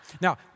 Now